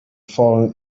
fallen